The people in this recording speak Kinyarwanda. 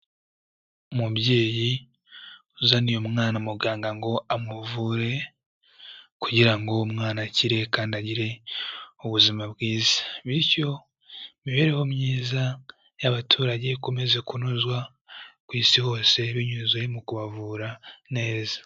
Umubyeyi uzaniye umwana umuganga ngo amuvure kugira ngo uwo umwana akire kandi agire ubuzima bwiza, bityo imibereho myiza y'abaturage ikomeze kunozwa ku Isi hose binyuze mu kubavura neza.